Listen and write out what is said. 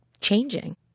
changing